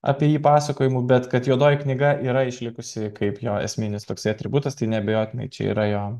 apie jį pasakojimų bet kad juodoji knyga yra išlikusi kaip jo esminis toks atributas tai neabejotinai čia yra jo